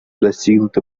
достигнутый